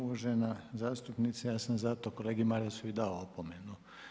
Uvažena zastupnice, ja sam zato kolegi Marasu i dao opomenu.